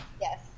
yes